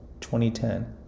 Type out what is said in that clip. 2010